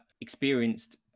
experienced